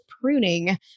pruning